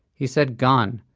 he said gan,